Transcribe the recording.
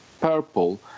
purple